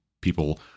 people